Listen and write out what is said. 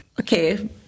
Okay